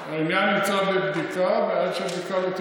העניין נמצא בבדיקה, ועד שהבדיקה לא תיגמר,